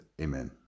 Amen